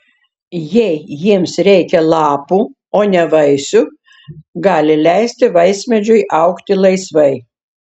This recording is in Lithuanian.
jei jiems reikia lapų o ne vaisių gali leisti vaismedžiui augti laisvai